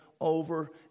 over